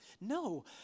No